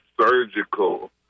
surgical